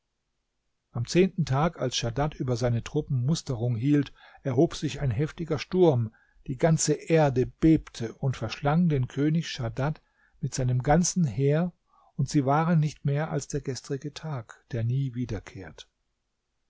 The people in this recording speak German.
am zehnten tag als schadad über seine truppen musterung hielt erhob sich ein heftiger sturm die ganze erde bebte und verschlang den könig schadad mit seinem ganzen heer und sie waren nicht mehr als der gestrige tag der nie wiederkehrt